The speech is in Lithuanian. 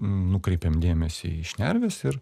nukreipiam dėmesį į šnerves ir